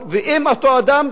אם אותו אדם,